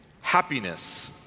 happiness